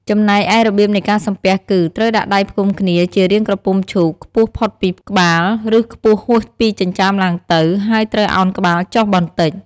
ចំណែកឯរបៀបនៃការសំពះគឺ ត្រូវដាក់ដៃផ្គុំគ្នាជារាងក្រពុំឈូកខ្ពស់ផុតពីក្បាល ឬខ្ពស់ហួសពីចិញ្ចើមឡើងទៅ ហើយត្រូវឱនក្បាលចុះបន្តិច។